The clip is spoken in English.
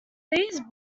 these